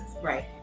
right